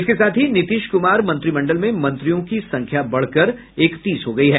इसके साथ ही नीतीश कुमार मंत्रिमंडल में मंत्रियों की संख्या बढ़कर इकतीस हो गयी है